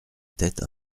tête